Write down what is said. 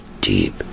deep